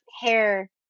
hair